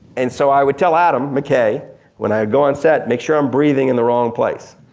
and so i would tell adam mckay when i would go on set make sure i'm breathing in the wrong place,